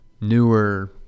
newer